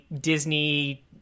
Disney